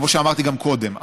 כמו שאמרתי גם קודם,